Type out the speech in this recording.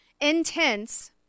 intense